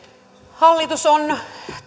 hallitus on